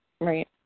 Right